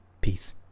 Peace